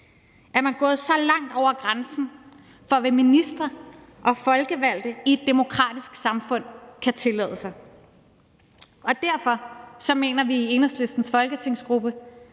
er man gået så langt over grænsen for, hvad ministre og folkevalgte i et demokratisk samfund kan tillade sig. Derfor mener vi i Enhedslistens folketingsgruppe,